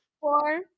four